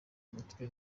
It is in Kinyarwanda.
mutwe